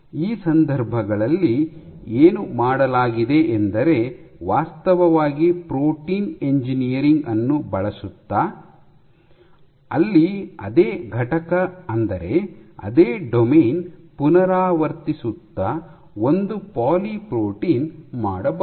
ಈ ಸಂದರ್ಭಗಳಲ್ಲಿ ಏನು ಮಾಡಲಾಗಿದೆಯೆಂದರೆ ವಾಸ್ತವವಾಗಿ ಪ್ರೋಟೀನ್ ಎಂಜಿನಿಯರಿಂಗ್ ಅನ್ನು ಬಳಸುತ್ತಾ ಅಲ್ಲಿ ಅದೇ ಘಟಕ ಅಂದರೆ ಅದೇ ಡೊಮೇನ್ ಪುನರಾವರ್ತಿಸುತ್ತ ಒಂದು ಪಾಲಿಪ್ರೋಟೀನ್ ಮಾಡಬಹುದು